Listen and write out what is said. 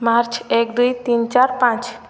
March ଏକ ଦୁଇ ତିନି ଚାରି ପାଞ୍ଚ